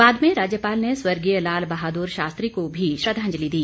बाद में राज्यपाल ने स्वर्गीय लाल बहादुर शास्त्री को भी श्रद्दांजलि दी